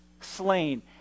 slain